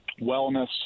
wellness